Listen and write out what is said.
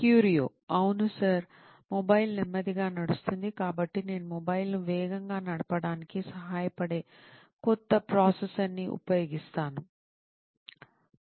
క్యూరియో అవును sir mobile నెమ్మదిగా నడుస్తుందికాబట్టి నేను మొబైల్ను వేగంగా నడపడానికి సహాయపడే కొత్త ప్రాసెసర్ని ఉపయోగిస్తాను